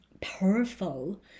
powerful